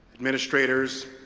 administrators,